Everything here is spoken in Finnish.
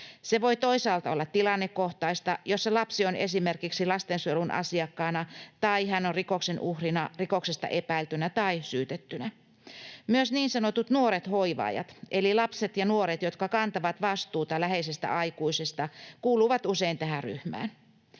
Se voi toisaalta olla tilannekohtaista, jossa lapsi on esimerkiksi lastensuojelun asiakkaana tai hän on rikoksen uhrina, rikoksesta epäiltynä tai syytettynä. Myös niin sanotut nuoret hoivaajat eli lapset ja nuoret, jotka kantavat vastuuta läheisestä aikuisesta, kuuluvat usein tähän ryhmään.